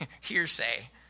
Hearsay